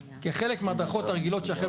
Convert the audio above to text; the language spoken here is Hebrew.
או שמדובר על --- כחלק מההדרכות הרגילות שלכם